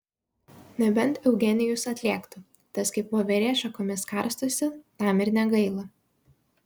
nebent eugenijus atlėktų tas kaip voverė šakomis karstosi tam ir negaila